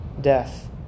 death